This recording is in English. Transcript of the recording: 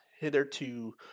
hitherto